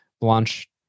Blanche